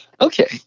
Okay